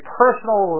personal